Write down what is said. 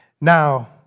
Now